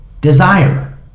desire